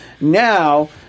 now